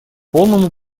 полному